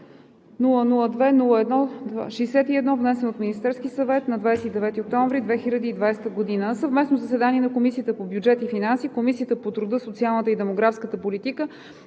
002-01-61, внесен от Министерския съвет на 29 октомври 2020 г. На съвместно заседание на Комисията по бюджет и финанси, Комисията по труда, социалната и демографската политика